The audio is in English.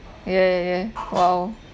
ya ya ya !wow!